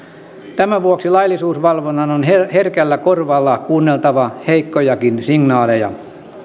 tämän vuoksi laillisuusvalvonnan on herkällä korvalla kuunneltava heikkojakin signaaleja